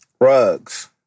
rugs